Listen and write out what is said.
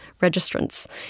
registrants